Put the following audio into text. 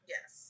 Yes